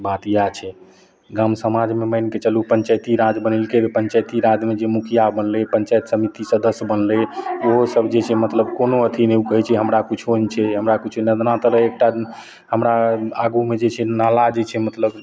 बात इएह छै गाम समाजमे मानिके चलू पञ्चाइती राज बनेलकै पञ्चाइती राजमे जे मुखिआ बनलै पञ्चाइत समिति सदस्य बनलै ओहो सब जे छै मतलब कोनो अथी नहि ओ कहै छै हमरा किछु नहि छै हमरा किछु लेना देना तऽ रहै एकटा हमरा आगूमे जे छै नाला जे छै मतलब